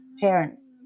parents